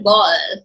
Ball